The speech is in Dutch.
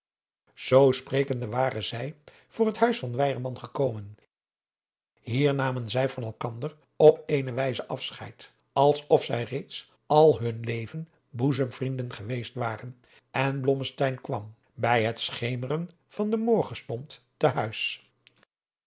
zoo sprekende waren zij voor het huis van weyerman gekomen hier namen zij van elkander op eene wijze afscheid als of zij reeds al hun leven boezemvrienden geweest waren en blommesteyn kwam bij het schemeren van den morgenstond te huis